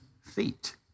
feet